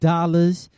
Dollars